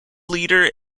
leader